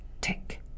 tick